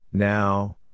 Now